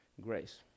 grace